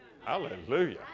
Hallelujah